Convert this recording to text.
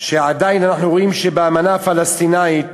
שעדיין אנחנו רואים שבאמנה הפלסטינית